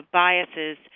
biases